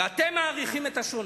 ואתם מעריכים את השונה.